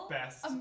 best